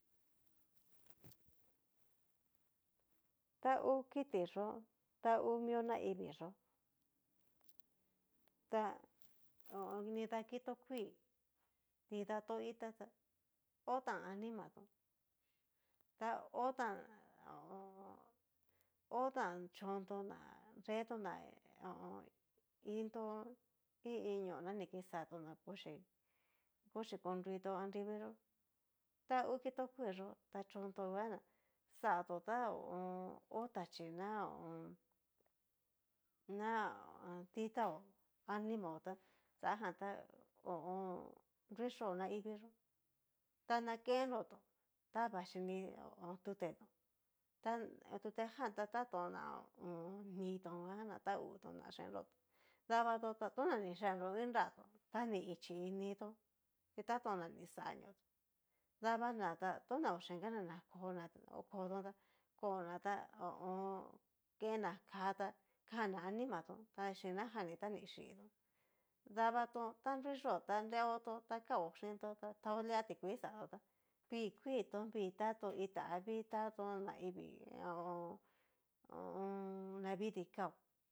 Ta hú kiti yó ta hú mió naivii yó ta nidá kito kuii, nrida to itá tá otán animatón ta ho tan ho o on. otan chón tó ná nrena into i iin ñó na ni kixatón, na kuxhí kuxhí konruitón anrivii yó angu kito kuii yó ta chón to nguan ná xatón na ho o on hó taxii na ho o on. na ditao animao xajan tá ho o on. nruxó anrivii yó, ta na kenrotó ta vxhí ni tutetón ta tutejan ta tatón ná nitón nguan na tautón na yenrotón, davatón ta toná ni yenro iin nratón, ta ni ichí initón chí tatón na ni xaniotó davana na tona oyengana na kona kotón tá kona ho o on. kená ká ta kan'na animatón ta xin najan'ni ta ni xhitón, dabatón ta nruiyó ta nreotón ta kao xhíntó ta taó lia tikuii xatón tá vii kuiitón vii ta tón itá avii tatón navidii ho o on. ho o on. navidii kaó.